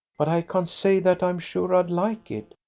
but i can't say that i'm sure i'd like it.